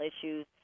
issues